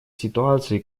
ситуацией